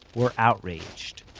were outraged.